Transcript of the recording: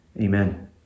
amen